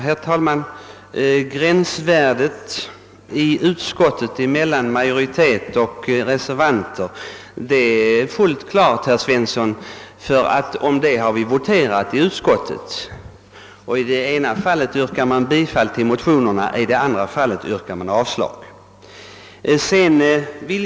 Herr talman! I utskottet blev det fullt klart var gränslinjen gick mellan majoriteten och reservanterna, ty vi voterade ju om den saken. Från det ena hållet yrkades bifall till motionerna, medan man på det andra yrkade avslag på dem.